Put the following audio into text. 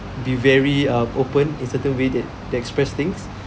be very uh open in certain way that they express things